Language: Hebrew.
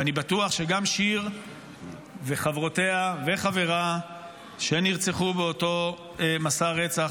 ואני בטוח שגם שיר וחברותיה וחבריה שנרצחו באותו מסע רצח,